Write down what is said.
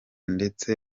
ndetse